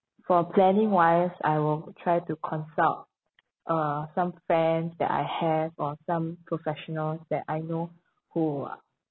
for planning wise I will try to consult uh some friends that I have or some professionals that I know who uh